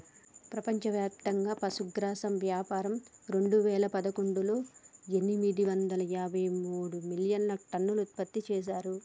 ప్రపంచవ్యాప్తంగా పశుగ్రాసం వ్యాపారం రెండువేల పదకొండులో ఎనిమిది వందల డెబ్బై మూడు మిలియన్టన్నులు ఉత్పత్తి చేశారు